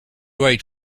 wait